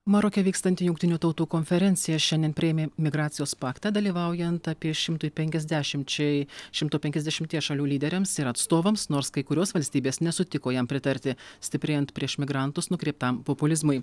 maroke vykstanti jungtinių tautų konferencija šiandien priėmė migracijos paktą dalyvaujant apie šimtui penkiasdešimčiai šimto penkiasdešimties šalių lyderiams ir atstovams nors kai kurios valstybės nesutiko jam pritarti stiprėjant prieš migrantus nukreiptam populizmui